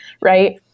right